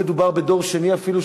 מדובר פה בדור שני אפילו,